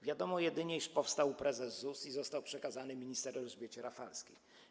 Wiadomo jedynie, iż powstał u prezes ZUS i został przekazany minister Elżbiecie Rafalskiej.